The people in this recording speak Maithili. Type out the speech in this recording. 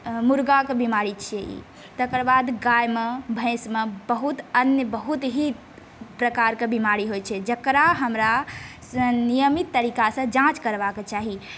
मुर्गाके बिमारी छियै ई तकर बाद गायमे भैसमे बहुत अन्य बहुत ही प्रकारके बीमारी होइ छै जकरा हमरा नियमित तरीकासँ जाँच करबाक चाही